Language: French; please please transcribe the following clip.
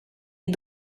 est